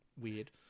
weird